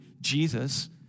Jesus